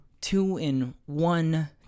two-in-one